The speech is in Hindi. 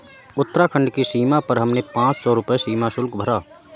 उत्तराखंड की सीमा पर हमने पांच सौ रुपए सीमा शुल्क भरा